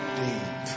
deep